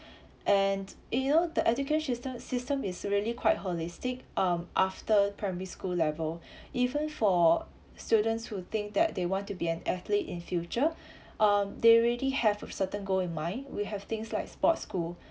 and you know the education system system is really quite holistic um after primary school level even for students who think that they want to be an athlete in future um they already have a certain goal in mind we have things like sports school